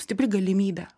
stipri galimybė